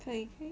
可以可以